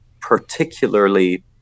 particularly